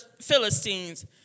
Philistines